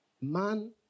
man